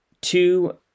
two